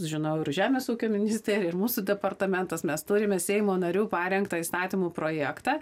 žinau ir žemės ūkio ministerija ir mūsų departamentas mes turime seimo narių parengtą įstatymų projektą